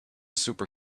super